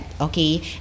okay